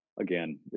again